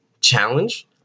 challenge